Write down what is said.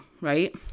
right